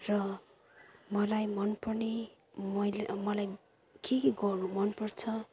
र मलाई मनपर्ने मैले मलाई के के गर्नु मनपर्छ